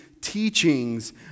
teachings